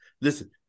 Listen